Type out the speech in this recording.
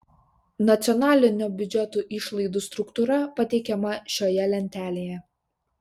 nacionalinio biudžeto išlaidų struktūra pateikiama šioje lentelėje